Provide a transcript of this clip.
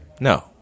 No